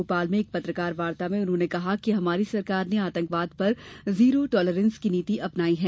भोपाल में एक पत्रकार वार्ता में उन्होंने कहा कि हमारी सरकार ने आतंकवाद पर जीरो टॉलरेंस की नीति अपनाई है